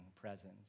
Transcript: presence